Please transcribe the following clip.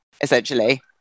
essentially